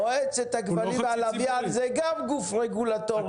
מועצת הכבלים והלוויין זה גם גוף רגולטורי.